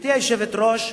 גברתי היושבת-ראש,